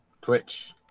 Twitch